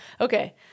okay